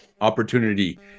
Opportunity